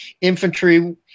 infantry